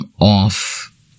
off